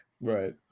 right